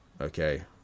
okay